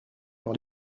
par